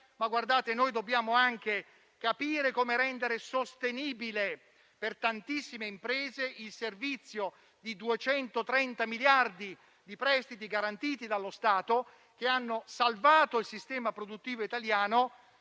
di garanzia. Dobbiamo però altresì capire come rendere sostenibile per tantissime imprese il servizio di 230 miliardi di prestiti garantiti dallo Stato che hanno salvato il sistema produttivo italiano,